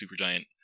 supergiant